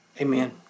Amen